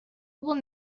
will